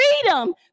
freedom